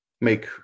make